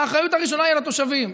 האחריות הראשונה היא על התושבים.